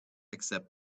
accept